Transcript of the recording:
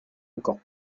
encore